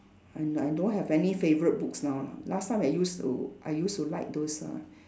and I don't have any favorite books now lah last time I used to I used to like those uh